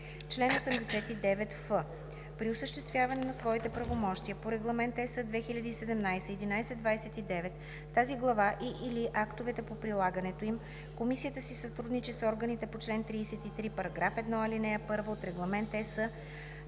Чл. 89ф. При осъществяване на своите правомощия по Регламент (EС) 2017/1129, тази глава и/или актовете по прилагането им комисията си сътрудничи с органите по чл. 33, параграф 1, ал. 1 от Регламент